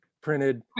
printed